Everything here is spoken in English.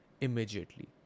immediately